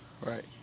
Right